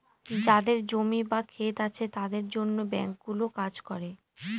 যাদের জমি বা ক্ষেত আছে তাদের জন্য ব্যাঙ্কগুলো কাজ করে